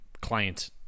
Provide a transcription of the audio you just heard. client